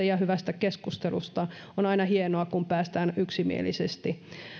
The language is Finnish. ja hyvästä keskustelusta on aina hienoa kun päästään yksimielisesti